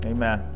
Amen